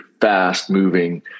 fast-moving